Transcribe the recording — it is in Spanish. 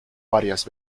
varias